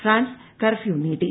France curfew നീട്ടി